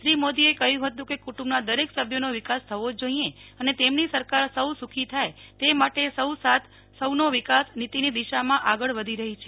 શ્રી મોદીએ કહ્યું હતું કે કુટુંબના દરેક સભ્યનો વિકાસ થવો જ જોઈએ અને તેમની સરકાર સૌ સુખી થાય તે માટે સૌ સાથ સૌનો વીકાસ નીતીની દિશામાં આગળ વધી રહી છે